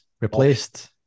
replaced